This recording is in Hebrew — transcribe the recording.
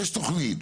יש תוכנית.